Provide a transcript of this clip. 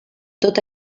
tot